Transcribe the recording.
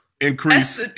increase